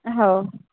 हो